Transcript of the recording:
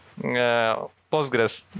Postgres